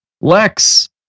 Lex